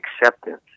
acceptance